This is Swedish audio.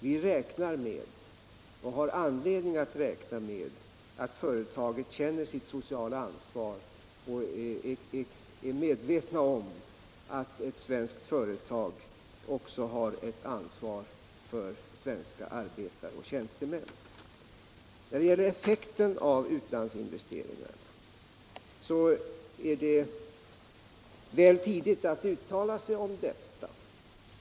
Vi räknar med — och har anledning att räkna med —- att ledningen för företaget känner sitt sociala ansvar och är medveten om att eu svenskt företag också har ett ansvar för svenska arbetare och tjänstemän. När det gäller effekten av utlandsinvesteringarna är det väl tidigt att nu uttala sig om denna.